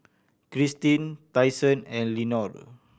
Kristine Tyson and Lenore